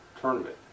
tournament